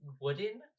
wooden